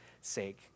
sake